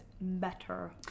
better